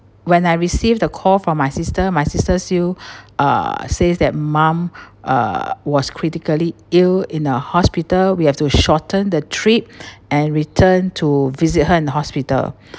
when I received the call from my sister my sister still uh says that mom uh was critically ill in a hospital we have to shorten the trip and return to visit her in the hospital